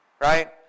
right